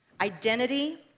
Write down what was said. identity